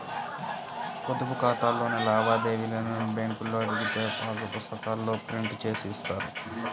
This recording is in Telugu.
పొదుపు ఖాతాలోని లావాదేవీలను బ్యేంకులో అడిగితే పాసు పుస్తకాల్లో ప్రింట్ జేసి ఇస్తారు